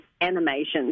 animations